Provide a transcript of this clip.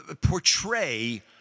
portray